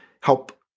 help